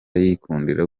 yikundira